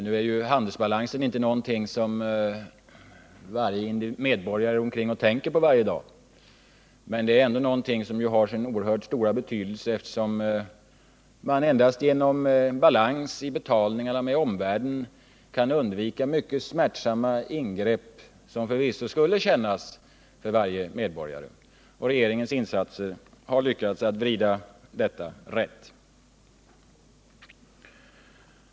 Nu är ju handelsbalansen inte något som varje medborgare går omkring och tänker på dagligen, men den har sin oerhört stora betydelse, eftersom man endast genom en balans i betalningarna med omvärlden kan undvika mycket smärtsamma ingrepp, som förvisso skulle kännas för varje medborgare. Regeringens insatser har lyckats att vrida utvecklingen rätt på denna punkt.